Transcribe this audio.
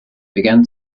began